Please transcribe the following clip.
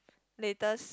latest